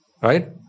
Right